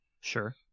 Sure